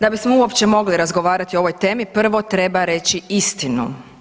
Da bismo uopće mogli razgovarati o ovoj temi prvo treba reći istinu.